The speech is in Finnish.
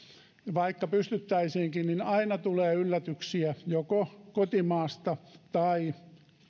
vaikka pystyttäisiinkin niin aina tulee yllätyksiä joko kotimaasta tai